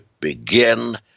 begin